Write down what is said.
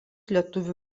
lietuvių